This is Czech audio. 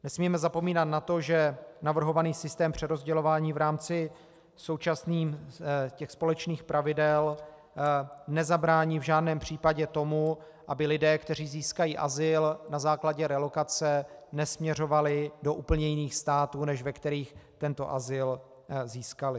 Nesmíme zapomínat na to, že navrhovaný systém přerozdělování v rámci současných společných pravidel nezabrání v žádném případě tomu, aby lidé, kteří získají azyl na základě relokace, nesměřovali do úplně jiných států, než ve kterých tento azyl získali.